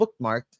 bookmarked